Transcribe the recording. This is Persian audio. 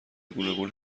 گوناگون